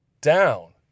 down